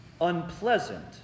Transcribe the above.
unpleasant